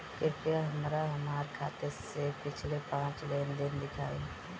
कृपया हमरा हमार खाते से पिछले पांच लेन देन दिखाइ